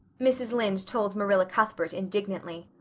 mrs. lynde told marilla cuthbert indignantly,